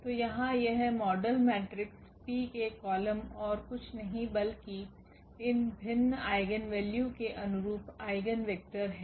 तो यहाँ यह मॉडल मेट्रिक्स P के कॉलम ओर कुछ नहीं बल्कि इन विभिन्न आइगेन वैल्यू के अनुरूप आइगेन वेक्टर हैं